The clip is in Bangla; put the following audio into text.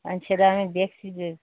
এখন সেটা আমি দেখছি যে